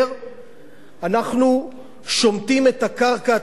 אנחנו שומטים את הקרקע התרבותית מתחת רגלינו.